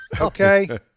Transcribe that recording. Okay